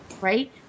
Right